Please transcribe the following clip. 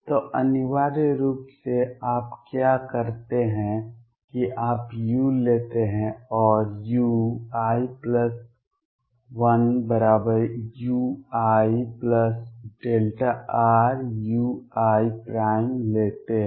तो अनिवार्य रूप से आप क्या करते हैं कि आप u लेते हैं और ui1uiΔruiलेते हैं